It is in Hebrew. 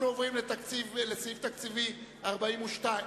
אנחנו עוברים לסעיף תקציבי 42,